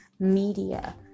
Media